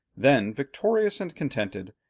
then, victorious and contented,